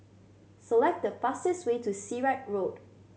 select the fastest way to Sirat Road